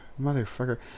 motherfucker